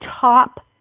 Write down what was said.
top